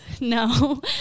No